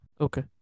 Okay